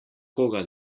koga